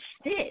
Stitch